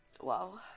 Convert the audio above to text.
Wow